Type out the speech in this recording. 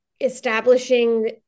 establishing